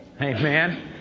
Amen